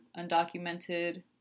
undocumented